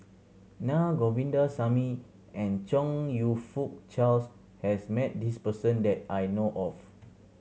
Naa Govindasamy and Chong You Fook Charles has met this person that I know of